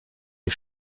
die